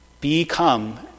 become